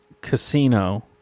Casino